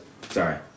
Sorry